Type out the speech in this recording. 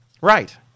Right